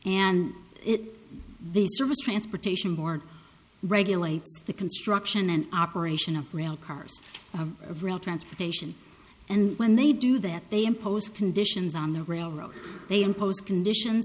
and it the service transportation board regulates the construction and operation of rail cars of rail transportation and when they do that they impose conditions on the railroad they impose conditions